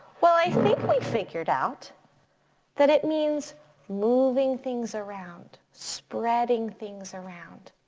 well i think we figured out that it means moving things around. spreading things around.